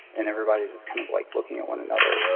and everybody's just kind of like looking at one another. whoa.